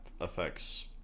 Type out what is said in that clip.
affects